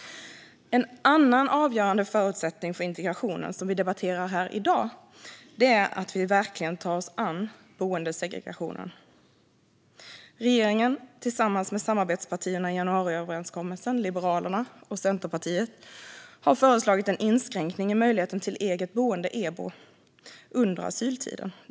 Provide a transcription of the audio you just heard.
En annan avgörande förutsättning för integrationen som vi debatterar här i dag är att vi verkligen tar oss an boendesegregationen. Regeringen, tillsammans med samarbetspartierna i januariöverenskommelsen, Liberalerna och Centerpartiet, har föreslagit en inskränkning i möjligheten till eget boende, EBO, under asyltiden.